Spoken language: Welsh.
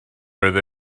oedd